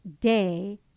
day